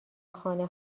خانه